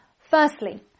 Firstly